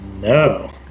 No